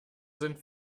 sind